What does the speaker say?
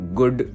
good